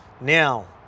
now